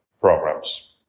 programs